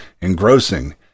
engrossing